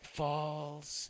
falls